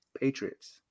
Patriots